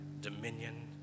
dominion